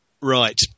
Right